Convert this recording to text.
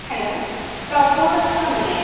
hello top form restaurant അല്ലേ